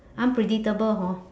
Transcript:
unpredictable hor